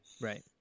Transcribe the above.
Right